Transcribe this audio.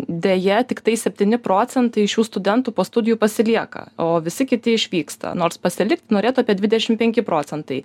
deja tiktai septyni procentai šių studentų po studijų pasilieka o visi kiti išvyksta nors pasilikt norėtų apie dvidešim penki procentai